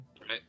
right